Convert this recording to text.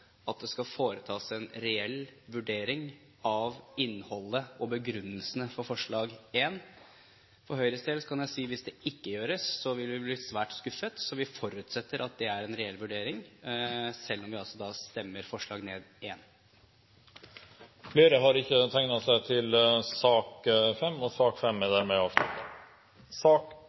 at det skal foretas en reell vurdering av innholdet og begrunnelsene for forslag nr. 1. For Høyres del kan jeg si at hvis det ikke gjøres, vil vi bli svært skuffet. Vi forutsetter at det er en reell vurdering selv om vi altså stemmer ned forslag nr. 1. Flere har ikke bedt om ordet til sak